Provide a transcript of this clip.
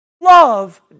Love